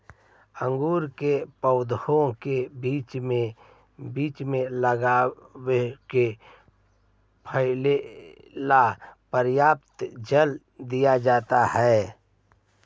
अंगूर के पौधों के बीच में लताओं को फैले ला पर्याप्त जगह दिया जाता है